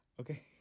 Okay